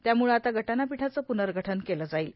त्यामुळं आता घटनापीठाचं पुनर्गठन केलं जाईल